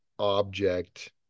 object